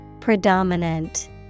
Predominant